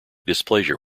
displeasure